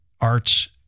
arts